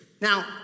Now